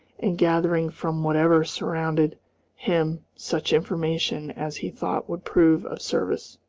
and gathering from whatever surrounded him such information as he thought would prove of service.